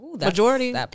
Majority